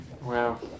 Wow